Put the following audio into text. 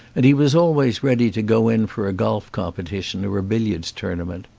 and he was always ready to go in for a golf competition or a billiards tournament.